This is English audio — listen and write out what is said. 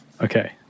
Okay